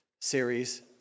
series